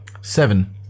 Seven